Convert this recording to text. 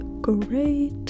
great